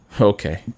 Okay